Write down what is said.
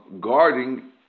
guarding